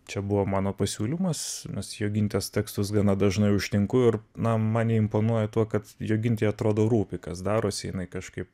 čia buvo mano pasiūlymas nes jogintės tekstus gana dažnai užtinku ir na man jie imponuoja tuo kad jogintei atrodo rūpi kas darosi jinai kažkaip